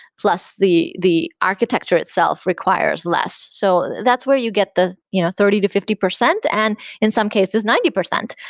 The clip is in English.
plus the the architecture itself requires less. so that's where you get the you know thirty to fifty percent, and in some cases ninety percent,